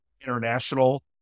international